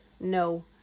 No